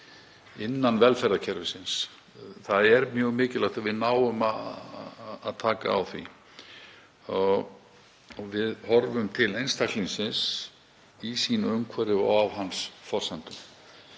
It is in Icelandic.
innan velferðarkerfisins. Það er mjög mikilvægt að við náum að taka á því, að við horfum til einstaklingsins í sínu umhverfi og á hans forsendum.